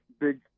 big